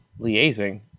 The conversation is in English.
liaising